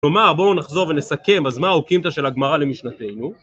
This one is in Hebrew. כלומר, בואו נחזור ונסכם, אז מה האוקימתא של הגמרא למשנתנו?